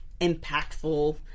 impactful